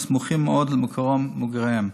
הסמוכים מאוד למקום מגוריהם.